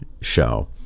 show